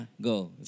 Go